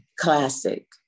classic